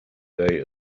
day